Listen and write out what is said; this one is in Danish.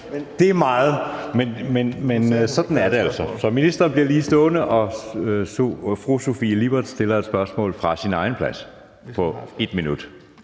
nemlig ikke svare. Så ministeren bliver lige stående, og fru Sofie Lippert stiller et spørgsmål fra sin egen plads på 1 minut